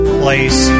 place